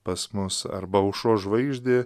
pas mus arba aušros žvaigždė